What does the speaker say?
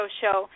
show